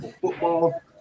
football